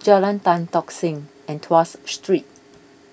Jalan Tan Tock Seng and Tuas Street